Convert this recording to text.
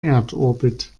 erdorbit